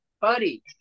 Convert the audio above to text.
Buddy